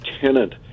tenant